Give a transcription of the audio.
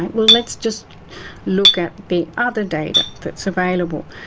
well, let's just look at the other data that's available.